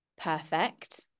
perfect